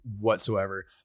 whatsoever